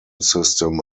system